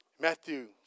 Matthew